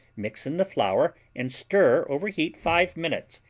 mix in the flour and stir over heat five minutes,